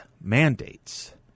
mandates